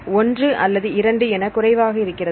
1 அல்லது 2 என குறைவாக இருக்கிறது